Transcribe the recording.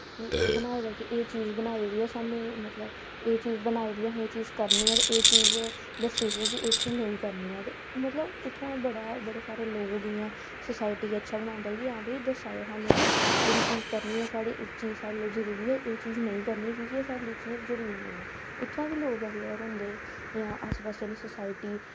कि बनाएदा केह् एह् चीज़ बनाई दी ऐ स्हानू मतलब एह् चीज़ बनाई दी ऐ असें एह् चीज़ करनी ऐ ते एह् चीज़ दस्सी ओड़ने आं कि एह् चीज़ इत्थें नेंई करनी ऐ अते मतलव उत्थुआं बड़ा बड़े सारे लोग इयां सोसाईटी गी अच्छा बनांदा कि हां भाई दस्सा दे स्हानू कि एह्कड़ी चीज़ करनी ऐ साढ़ी एह् चीज़ साढ़े लेई जरूरी ऐ ते एह् चीज़ नेंई करनी ऐ क्योंकि साढ़े लेई एह् चीज़ जरूरी नी ऐ उत्थुआं बी लोग आवेयर होंदे कि हां आस्से पास्से आह्ली सोसाईटी